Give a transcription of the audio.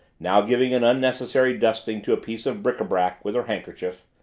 now giving an unnecessary dusting to a piece of bric-a-brac with her handkerchief,